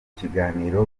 kiganiro